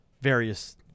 various